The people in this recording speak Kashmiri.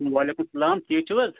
وعلیکم السلام ٹھیٖک چھِو حظ